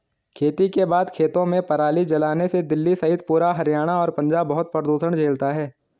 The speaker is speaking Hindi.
खेती के बाद खेतों में पराली जलाने से दिल्ली सहित पूरा हरियाणा और पंजाब बहुत प्रदूषण झेलता है